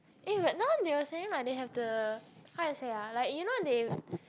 eh but now they were saying like they have the how to say ah like you know they